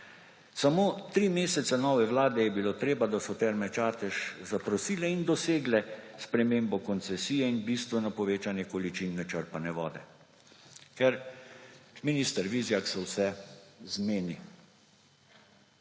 Samo tri mesece nove vlade je bilo treba, da so Terme Čatež zaprosile in dosegle spremembo koncesije in bistveno povečanje količin načrpane vode, ker minister Vizjak se vse zmeni.